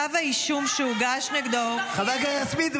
כתב האישום שהוגש נגדו --- חברת הכנסת יסמין,